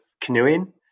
canoeing